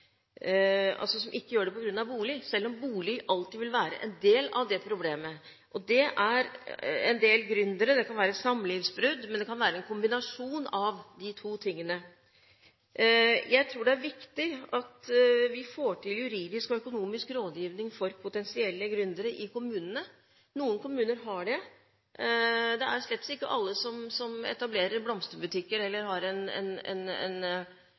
altså de som ikke gjør det på grunn av bolig – selv om bolig alltid vil være en del av det problemet. Det gjelder en del gründere, det kan være på grunn av samlivsbrudd, og det kan være en kombinasjon av de to tingene. Jeg tror det er viktig at vi får til juridisk og økonomisk rådgivning for potensielle gründere i kommunene. Noen kommuner har det. Det er slett ikke alle som etablerer blomsterbutikker eller har en